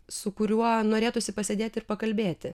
su kuriuo norėtųsi pasėdėti ir pakalbėti